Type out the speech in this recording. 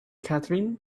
catherine